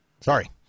Sorry